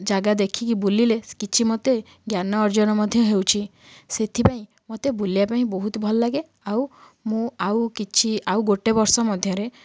ଜାଗା ଦେଖିକି ବୁଲିଲେ କିଛି ମୋତେ ଜ୍ଞାନ ଅର୍ଜନ ମଧ୍ୟ ହେଉଛି ସେଥିପାଇଁ ମୋତେ ବୁଲିବା ପାଇଁ ବହୁତ ଭଲ ଲାଗେ ଆଉ ମୁଁ ଆଉ କିଛି ଆଉ ଗୋଟେ ବର୍ଷ ମଧ୍ୟରେ